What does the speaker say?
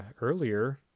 earlier